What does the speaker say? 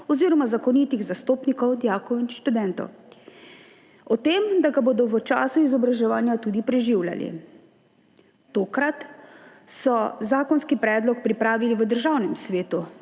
oziroma zakonitih zastopnikov dijakov in študentov o tem, da ga bodo v času izobraževanja tudi preživljali. Tokrat so zakonski predlog pripravili v Državnem svetu